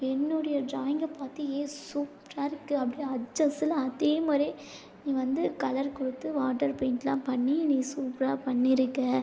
என்னுடைய ட்ராயிங்கை பார்த்து ஏய் சூப்பராயிருக்குது அப்படியே அச்சு அசலாக அதேமாதிரியே நீ வந்து கலர் கொடுத்து வாட்டர் பெயிண்டெலாம் பண்ணி நீ சூப்பராக பண்ணியிருக்க